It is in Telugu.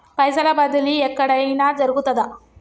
పైసల బదిలీ ఎక్కడయిన జరుగుతదా?